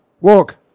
Walk